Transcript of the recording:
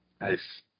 Nice